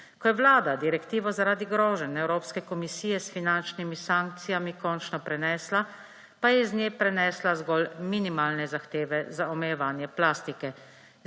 Ko je Vlada direktivo zaradi groženj Evropske komisije s finančnimi sankcijami končno prenesla, pa je iz nje prenesla zgolj minimalne zahteve za omejevanje plastike.